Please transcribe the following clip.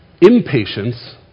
Impatience